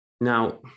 Now